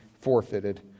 forfeited